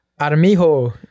Armijo